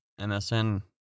MSN